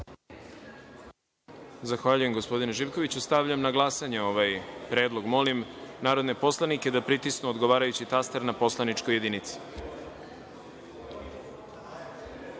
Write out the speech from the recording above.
Zahvaljujem, gospodine Živkoviću. Stavljam na glasanje ovaj predlog. Molim narodne poslanike da pritisnu odgovarajući taster na poslaničkoj